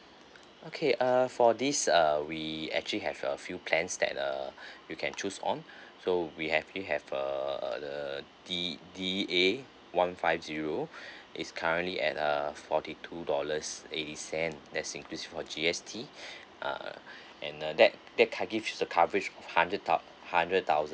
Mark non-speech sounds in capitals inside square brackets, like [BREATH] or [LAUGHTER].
okay uh for this uh we actually have a few plans that uh you can choose on so we have we have uh uh the D_D_A one five zero [BREATH] is currently at uh forty two dollars eighty cent there's increase for G_S_T uh that that can gives the coverage of hundred thou~ hundred thousand